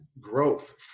growth